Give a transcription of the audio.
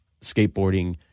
skateboarding